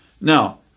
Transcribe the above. Now